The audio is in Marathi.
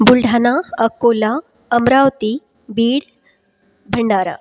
बुलढाणा अकोला अमरावती बीड भंडारा